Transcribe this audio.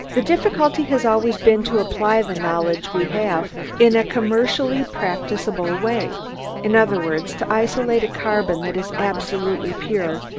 the difficulty has always been to apply the knowledge we have in a commercially practicable way in other words, to isolate a carbon that is absolutely pure,